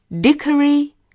Dickory